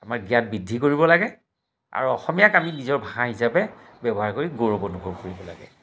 আমাৰ জ্ঞান বৃদ্ধি কৰিব লাগে আৰু অসমীয়াক আমি নিজৰ ভাষা হিচাপে ব্যৱহাৰ কৰি গৌৰৱ অনুভৱ কৰিব লাগে